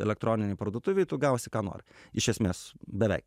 elektroninėj parduotuvėj tu gausi ką nori iš esmės beveik